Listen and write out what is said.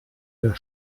der